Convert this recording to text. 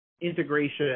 integration